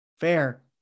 Fair